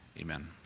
amen